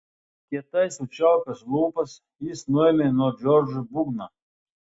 kietai sučiaupęs lūpas jis nuėmė nuo džordžo būgną